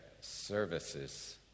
services